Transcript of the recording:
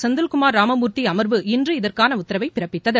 செந்தில்குமார் ராமமூர்த்தி அமா்வு இன்று இதற்கான உத்தரவை பிறப்பித்தது